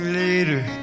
later